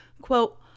Quote